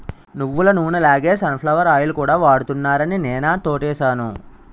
నువ్వులనూనె లాగే sunflower oil కూడా వాడుతున్నారాని నేనా తోటేసాను